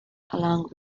along